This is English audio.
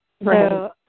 Right